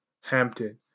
Hampton